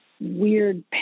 weird